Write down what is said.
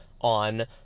on